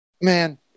Man